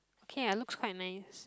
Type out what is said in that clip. okay lah looks quite nice